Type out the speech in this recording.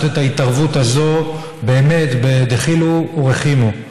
את ההתערבות הזאת באמת בדחילו ורחימו,